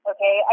Okay